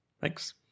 Thanks